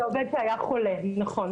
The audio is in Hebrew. עובד שהיה חולה, נכון.